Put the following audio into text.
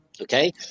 okay